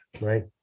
right